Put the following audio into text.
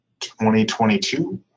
2022